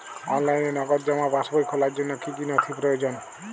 অনলাইনে নগদ জমা পাসবই খোলার জন্য কী কী নথি প্রয়োজন?